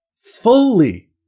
fully